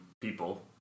people